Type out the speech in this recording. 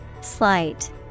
Slight